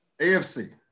AFC